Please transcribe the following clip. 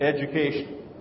education